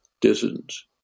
dissidents